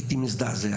הייתי מזדעזע.